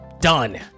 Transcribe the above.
done